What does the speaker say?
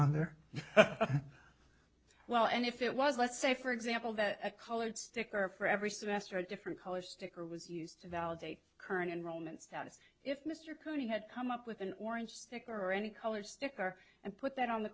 hunger well and if it was let's say for example that a colored sticker for every semester a different color sticker was used to validate current enrollment status if mr carney had come up with an orange sticker or any color sticker and put that on the